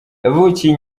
yavukiye